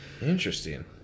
Interesting